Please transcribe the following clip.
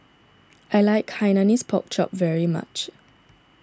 I like Hainanese Pork Chop very much